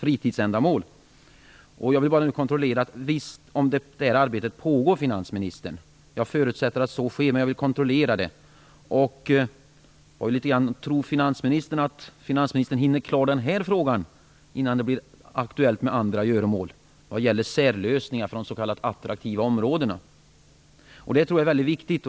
Jag vill bara kontrollera att det arbetet pågår, finansministern. Jag förutsätter att så sker, men jag vill kontrollera det. Tror finansministern att han hinner klart med den frågan om särlösningar för de attraktiva områdena innan det blir aktuellt med andra göromål? Jag tror att det är väldigt viktigt.